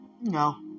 No